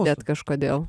net kažkodėl